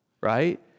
right